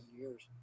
years